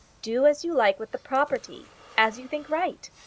do as you like with the property as you think right.